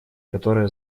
которая